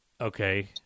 okay